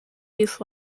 youth